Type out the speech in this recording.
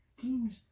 teams